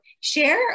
share